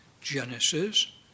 Genesis